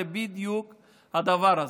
זה בדיוק הדבר הזה.